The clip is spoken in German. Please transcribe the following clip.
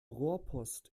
rohrpost